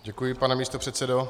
Děkuji, pane místopředsedo.